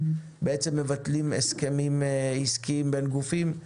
ומבטלים הסכמים עסקיים בין גופים,